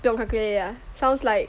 不要 calculate lah sounds like